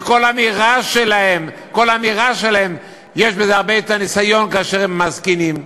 ובכל אמירה שלהם יש הרבה יותר ניסיון כאשר הם מזקינים,